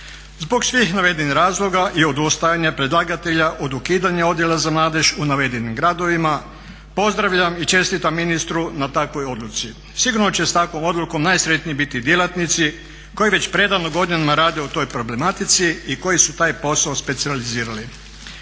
Zbog svih navedenih razloga i odustajanja predlagatelja od ukidanja odjela za mladež u navedenim gradovima pozdravljam i čestitam ministru na takvoj odluci. Sigurno će sa takvom odlukom najsretniji biti djelatnici koji već predano godinama rade u toj problematici i koji su taj posao specijalizirali.